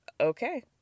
okay